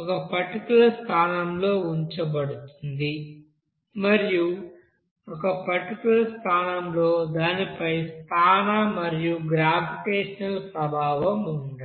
ఒక పర్టిక్యూలర్ స్థానంలో ఉంచబడుతుంది మరియు ఒక పర్టిక్యూలర్ స్థానంలో దానిపై స్థాన మరియు గ్రావిటేషనల్ ప్రభావం ఉండదు